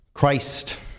Christ